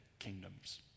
kingdoms